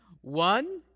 One